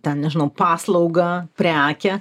ten nežinau paslaugą prekę